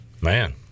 Man